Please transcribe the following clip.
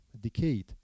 decade